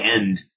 end